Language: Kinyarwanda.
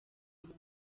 muntu